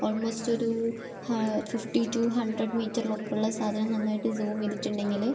almost ഒരു ah fifty to hundred മീറ്ററിലൊക്കെയുള്ള സാധനം നന്നായിട്ട് സൂമ് ചെയ്തിട്ടുണ്ടെങ്കിൽ